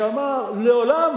שאמר: לעולם